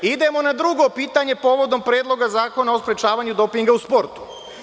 Idemo na drugo pitanje povodom Predloga zakona o sprečavanju dopinga u sportu.